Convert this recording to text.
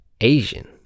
Asian